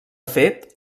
fet